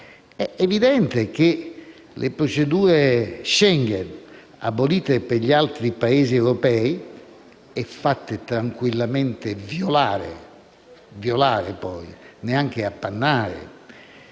è evidente che le procedure Schengen, abolite per gli altri Paesi europei e fatte tranquillamente violare (neanche appannare)